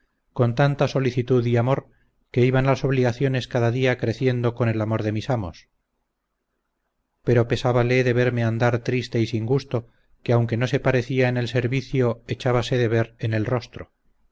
con tanta solicitud y amor que iban las obligaciones cada día creciendo con el amor de mis amos pero pesábale de verme andar triste y sin gusto que aunque no se parecía en el servicio echábase de ver en el rostro